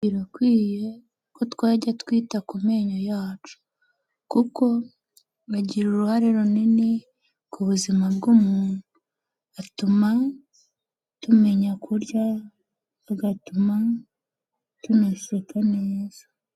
Birakwiye ko twajya twita ku menyo yacu, kuko bagira uruhare runini ku buzima bw' umuntu, atuma tumenya kurya agatuma tuneseka neza.